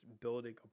building